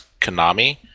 Konami